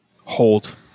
Hold